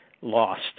lost